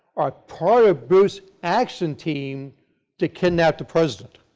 are part of booth's action team to kidnap the president.